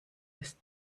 ist